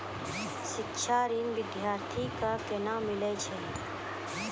शिक्षा ऋण बिद्यार्थी के कोना मिलै छै?